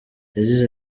yagize